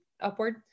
upward